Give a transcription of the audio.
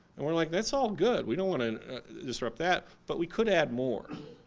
and we're like, that's all good, we don't want to disrupt that but we could add more.